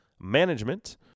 management